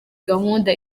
gahunda